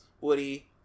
Woody